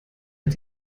hat